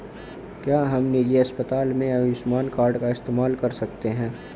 क्या हम निजी अस्पताल में आयुष्मान कार्ड का इस्तेमाल कर सकते हैं?